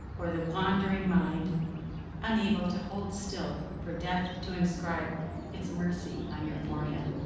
or the wandering mind unable to hold still for death to inscribe its mercy on your forehead.